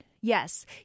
Yes